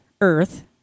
earth